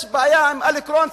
יש בעיה עם אליק רון,